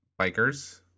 bikers